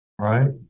Right